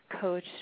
coach